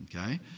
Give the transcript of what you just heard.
Okay